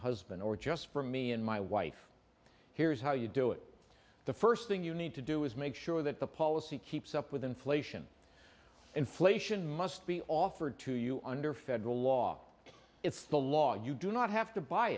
husband or just for me and my wife here's how you do it the first thing you need to do is make sure that the policy keeps up with inflation inflation must be offered to you under federal law it's the law you do not have to buy